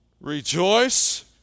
rejoice